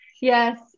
Yes